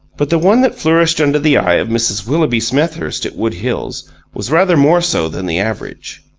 but the one that flourished under the eye of mrs. willoughby smethurst at wood hills was rather more so than the average.